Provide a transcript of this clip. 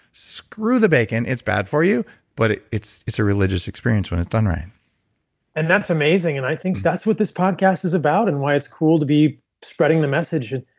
screw the bacon. it's bad for you but it's it's a religious experience when it's done right and that's amazing. and i think that's what this podcast is about and why it's cool to be spreading the message.